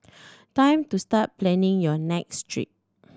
time to start planning your next trip